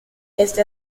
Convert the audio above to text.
esta